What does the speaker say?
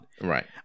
Right